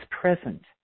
present